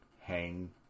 hang